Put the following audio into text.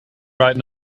right